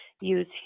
use